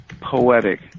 poetic